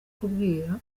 kubwira